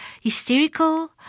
hysterical